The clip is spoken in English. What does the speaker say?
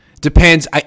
Depends